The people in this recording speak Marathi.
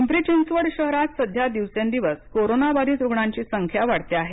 पिंपरी चिंचवड शहरात सध्या दिवसेंदिवस कोरोनाबाधित रुग्णांची संख्या वाढत आहे